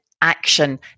action